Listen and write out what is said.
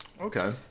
Okay